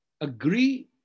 agree